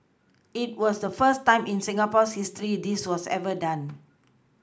it was the first time in Singapore's history this was ever done